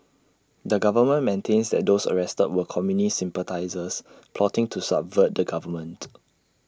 the government maintains that those arrested were communist sympathisers plotting to subvert the government